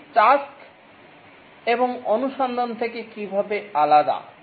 এটি টাস্ক এবং অনুসন্ধান থেকে কীভাবে আলাদা